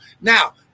Now